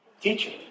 Teacher